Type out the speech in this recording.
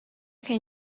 can